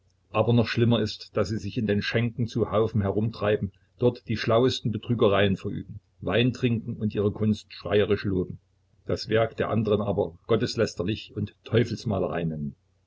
aber noch schlimmer ist daß sie sich in den schenken zu haufen herum treiben dort die schlauesten betrügereien verüben wein trinken und ihre kunst schreierisch loben das werk der anderen aber gotteslästerlich und teufelsmalerei nennen